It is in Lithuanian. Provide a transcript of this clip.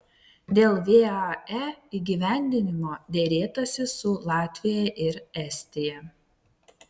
dėl vae įgyvendinimo derėtasi su latvija ir estija